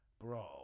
bro